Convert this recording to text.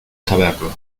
saberlo